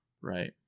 right